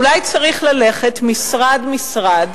אולי צריך ללכת משרד-משרד,